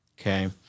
Okay